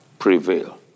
prevail